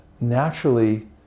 naturally